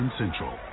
central